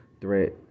threat